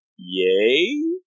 Yay